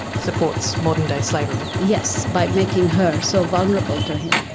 supports modern day slavery? yes, by making her so vulnerable to him.